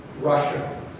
Russia